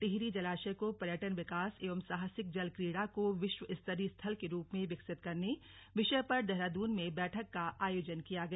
टिहरी जलाशय को पर्यटन विकास एवं साहसिक जल क्रीड़ा को विश्वस्तरीय स्थल के रूप में विकसित करने विषय पर देहरादून में बैठक का आयोजन किया गया